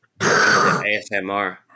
ASMR